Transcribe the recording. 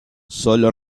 sólo